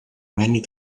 many